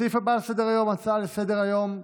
הסעיף הבא בסדר-היום, הצעות לסדר-היום בנושא: